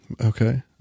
Okay